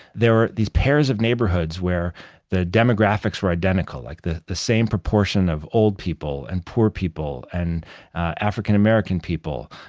they were these pairs of neighborhoods where the demographics were identical, like the the same proportion of old people, and poor people, and african american people.